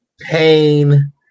pain